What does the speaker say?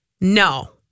no